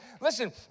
Listen